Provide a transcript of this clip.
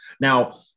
Now